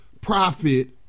profit